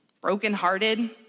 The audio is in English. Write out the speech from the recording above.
brokenhearted